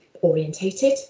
orientated